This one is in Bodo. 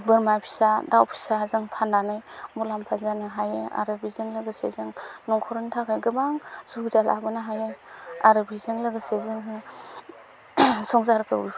बोरमा फिसा दाव फिसा जों फानानै मुलाम्फा जानो हायो आरो बेजों लोगोसे जों न'खरनि थाखाय गोबां सुबिदा लाबोनो हायो आरो बेजों लोगोसे जोंहा संसारखौ